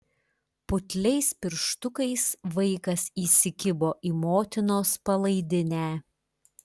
putliais pirštukais vaikas įsikibo į motinos palaidinę